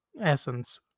essence